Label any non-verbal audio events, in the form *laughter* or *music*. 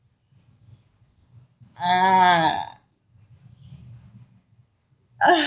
ah *laughs*